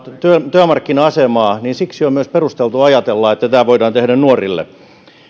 työmarkkina asemaa siksi on myös perusteltua ajatella että tämä vastaava voidaan tehdä nuorille